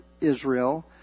Israel